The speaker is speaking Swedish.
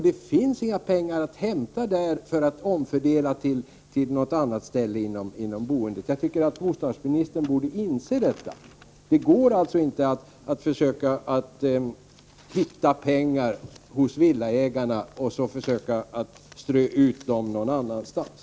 Det finns inga pengar att hämta där för en omfördelning till något annat ställe inom boendet. Jag tycker att bostadsministern borde inse detta. Det går inte att hitta pengar hos villaägarna och försöka strö ut dem någon annanstans.